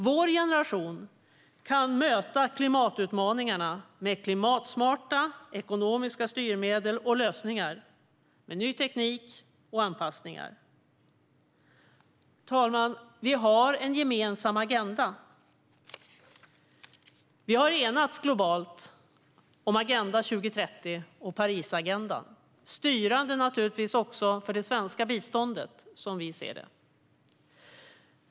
Vår generation kan möta klimatutmaningarna med klimatsmarta ekonomiska styrmedel och lösningar och med ny teknik och anpassningar. Fru talman! Vi har en gemensam agenda. Vi har globalt enats om Agenda 2030 och Parisagendan. De är naturligtvis också styrande för det svenska biståndet, som vi ser det.